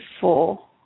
four